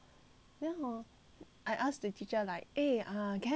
I ask the teacher like eh err can I go to the toilet